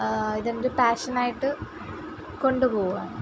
ഇതെൻ്റെ പാഷനായിട്ട് കൊണ്ടുപോവുകയാണ്